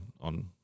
on